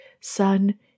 son